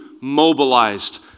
mobilized